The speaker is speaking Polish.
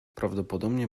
prawdopodobnie